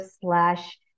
slash